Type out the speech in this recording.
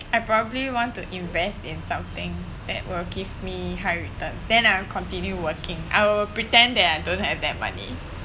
I probably want to invest in something that will give me high return then I continue working I'll pretend that I don't have that money